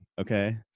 okay